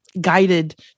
guided